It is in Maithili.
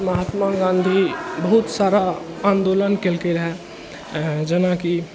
महात्मा गांधी बहुत सारा आन्दोलन केलकै रहै जेनाकि